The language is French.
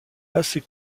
assez